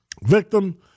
Victim